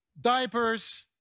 diapers